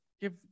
give